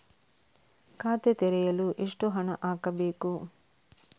ಖಾತೆ ತೆರೆಯಲು ಎಷ್ಟು ಹಣ ಹಾಕಬೇಕು?